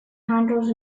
handles